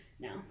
No